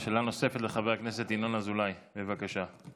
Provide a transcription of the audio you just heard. שאלה נוספת, לחבר הכנסת ינון אזולאי, בבקשה.